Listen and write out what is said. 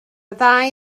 ddau